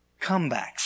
comebacks